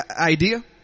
idea